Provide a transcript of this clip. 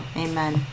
Amen